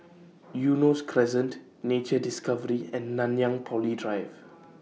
Eunos Crescent Nature Discovery and Nanyang Poly Drive